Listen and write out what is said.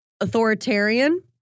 Authoritarian